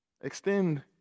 Extend